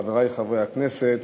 חברי חברי הכנסת,